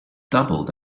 doubled